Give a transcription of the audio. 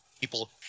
people